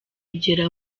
ugera